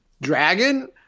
dragon